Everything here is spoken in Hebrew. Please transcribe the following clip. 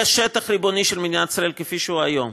יהיה שטח ריבוני של מדינת ישראל כפי שהוא היום,